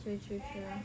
true true true